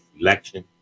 election